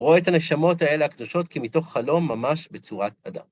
רואה את הנשמות האלה הקדושות כמתוך חלום ממש בצורת אדם.